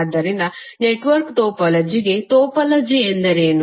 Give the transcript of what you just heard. ಆದ್ದರಿಂದ ನೆಟ್ವರ್ಕ್ ಟೋಪೋಲಜಿಗೆ ಟೋಪೋಲಜಿ ಎಂದರೇನು